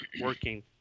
working